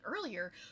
earlier